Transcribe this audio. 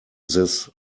this